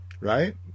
right